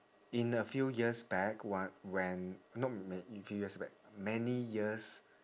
in a few years back one when not man~ few years back many years